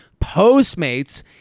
Postmates